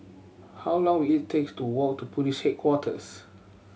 how long will it takes to walk to Police Headquarters